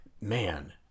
man